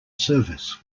service